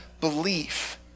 belief